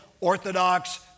Orthodox